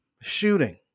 shooting